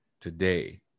today